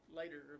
later